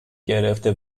گرفته